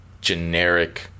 generic